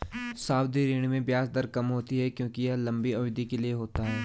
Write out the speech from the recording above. सावधि ऋण में ब्याज दर कम होती है क्योंकि यह लंबी अवधि के लिए होती है